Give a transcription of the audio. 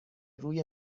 روی